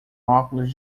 óculos